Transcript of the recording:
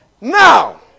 Now